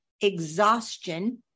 exhaustion